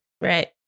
Right